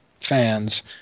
fans